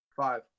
five